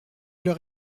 leur